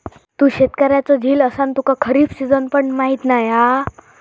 तू शेतकऱ्याचो झील असान तुका खरीप सिजन पण माहीत नाय हा